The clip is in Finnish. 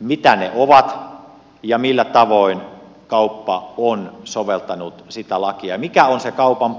mitä ne ovat ja millä tavoin kauppa on soveltanut sitä lakia ja mikä on se kaupan